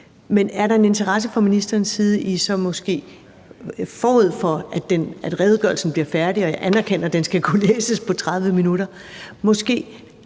men er der en interesse fra ministerens side i, forud for at redegørelsen bliver færdig – og jeg anerkender, at den skal kunne læses på 30 minutter